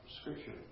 Scripture